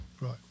Right